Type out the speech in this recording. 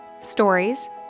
stories